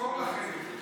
נזכור לכם את זה.